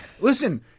listen